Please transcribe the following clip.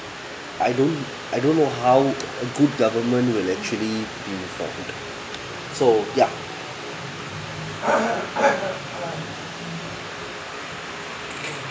I don't I don't know how a good government will actually so ya